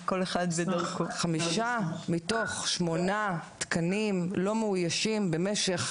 חמישה מתוך שמונה תקנים לא מאוישים במשך